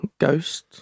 Ghost